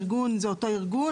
ארגון זה אותו ארגון,